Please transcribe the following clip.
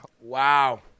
Wow